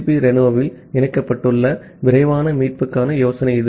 B ரெனோவில் இணைக்கப்பட்டுள்ள விரைவான மீட்புக்கான யோசனை இது